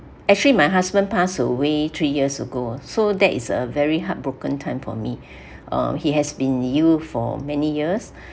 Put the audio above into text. actually my husband passed away three years ago so that is a very heartbroken time for me uh he has been you for many years